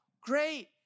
great